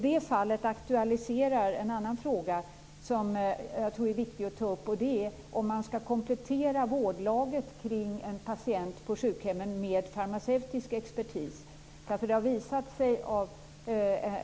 Det fallet aktualiserar en annan fråga som jag tror att det är viktigt att ta upp, nämligen frågan om man skall komplettera vårdlaget kring en patient på sjukhem med farmaceutisk expertis.